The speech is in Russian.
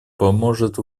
поможет